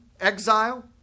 Exile